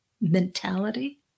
mentality